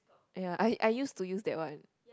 ya I I used to use that one